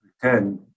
pretend